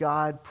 God